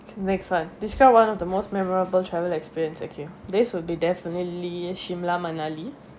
next [one] describe one of the most memorable travel experience okay this will be definitely shimla manali